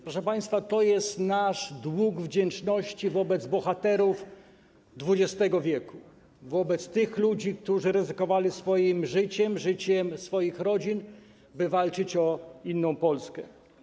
Proszę państwa, to jest nasz dług wdzięczności wobec bohaterów XX w., wobec tych ludzi, którzy ryzykowali swoje życie, życie swoich rodzin, by walczyć o inną Polskę.